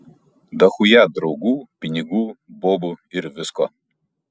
dachuja draugų pinigų bobų ir visko